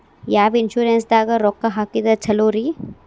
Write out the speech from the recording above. ಯಾವ ಇನ್ಶೂರೆನ್ಸ್ ದಾಗ ರೊಕ್ಕ ಹಾಕಿದ್ರ ಛಲೋರಿ?